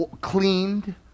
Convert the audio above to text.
cleaned